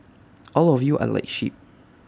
all of you are like sheep